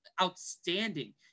outstanding